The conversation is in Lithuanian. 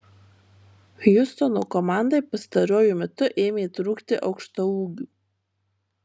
hjustono komandai pastaruoju metu ėmė trūkti aukštaūgių